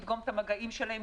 לדגום את המגעים שלהם,